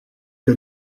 que